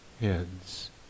heads